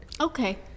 okay